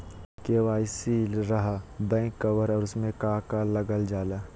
KYC रहा back cover और उसमें का का लागल जाला?